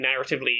narratively